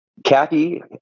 Kathy